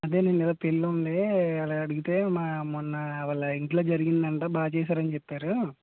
అంటే నిన్న ఏదో పెళ్ళి ఉంది అలా అడిగితే మా మొన్న వాళ్ళ ఇంట్లో జరిగిందంట బాగా చేసారు అని చెప్పారు